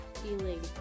feeling